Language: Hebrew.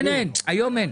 היום אין.